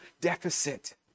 deficit